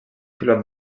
pilot